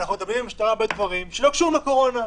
אנחנו מטפלים עם המשטרה בהרבה דברים שלא קשורים לקורונה,